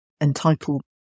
entitled